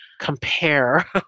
compare